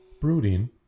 Brooding